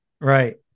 right